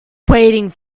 waiting